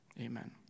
Amen